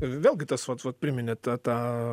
vėlgi tas vat vat priminė tą tą